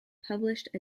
published